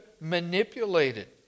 manipulated